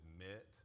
admit